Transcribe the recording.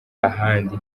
ahandi